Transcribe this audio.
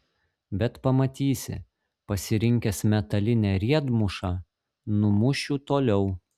bet pamatysi pasirinkęs metalinę riedmušą numušiu toliau